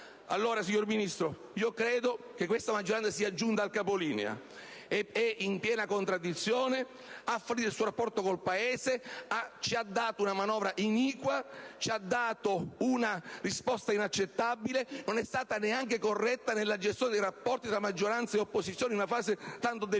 quindi, signor Ministro, che l'attuale maggioranza sia giunta al capolinea: è in piena contraddizione, ha fallito il suo rapporto con il Paese, ci ha dato una manovra iniqua, una risposta inaccettabile, non è stata corretta nella gestione dei rapporti tra maggioranza ed opposizione in una fase tanto delicata.